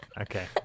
Okay